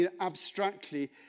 abstractly